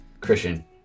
Christian